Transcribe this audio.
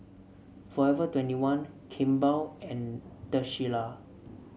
Forever twenty one Kimball and The Shilla